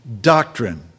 doctrine